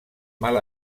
mal